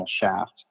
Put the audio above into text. shaft